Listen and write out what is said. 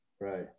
Right